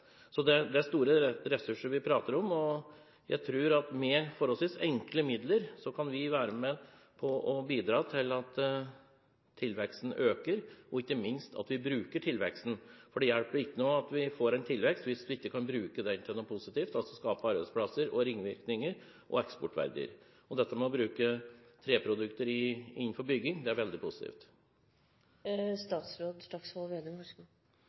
Så det er store ressurser vi prater om, og jeg tror at med forholdsvis enkle midler kan vi være med og bidra til at tilveksten øker, og ikke minst til at vi bruker tilveksten. Det hjelper ikke noe at vi får en tilvekst hvis vi ikke kan bruke den til noe positivt, altså skape arbeidsplasser og ringvirkninger og eksportverdier. Dette med å bruke treprodukter innenfor bygging er veldig positivt. Behovet for fornybart karbon kommer etter min vurdering framover til å bli større, så